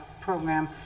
program